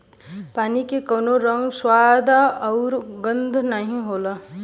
पानी के कउनो रंग, स्वाद आउर गंध नाहीं होला